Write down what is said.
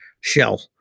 shell